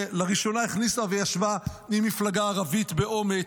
שלראשונה הכניסה וישבה עם מפלגה ערבית באומץ,